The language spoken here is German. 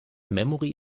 memory